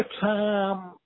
time